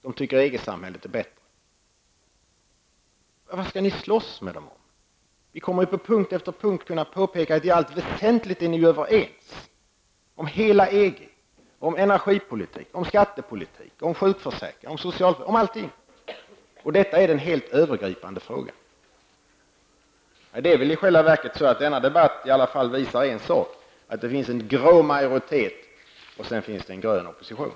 De tycker att EG-samhället är bättre. Vad skall ni slåss med dem om? Vi kommer att på punkt efter punkt påpeka att ni i allt väsentligt är överens om EG, om energipolitik, om skattepolitik, om sjukförsäkring, om socialpolitik, om allting. Detta är den helt övergripande frågan. Denna debatt visar i alla fall en sak: det finns en grå majoritet och en grön opposition.